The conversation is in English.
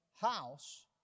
house